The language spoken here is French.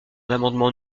l’amendement